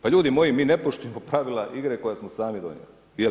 Pa ljudi moji mi ne poštujemo pravila igre koje smo sami donijeli.